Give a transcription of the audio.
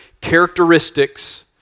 characteristics